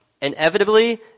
Inevitably